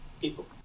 people